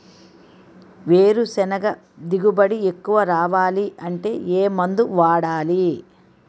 వేరుసెనగ దిగుబడి ఎక్కువ రావాలి అంటే ఏ మందు వాడాలి?